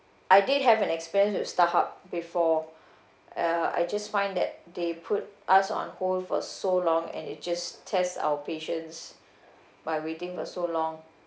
I did have an experience with starhub before uh I just find that they put us on hold for so long and it just test our patience by waiting for so long